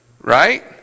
right